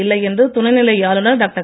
இல்லை என்று துணைநிலை ஆளுநர் டாக்டர்